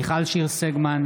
מיכל שיר סגמן,